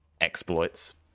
exploits